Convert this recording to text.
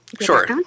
Sure